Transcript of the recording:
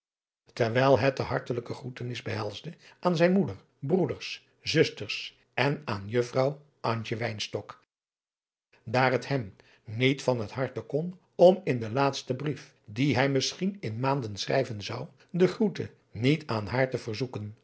terwijl het de hartelijke groetenis behelsde aan zijne moeder broeders zusters en aan juffrouw antje wynstok daar het hem niet van het hart kon om in den laatsten brief dien hij misschien in maanden schrijven zou de groete niet aan haar te verzoeken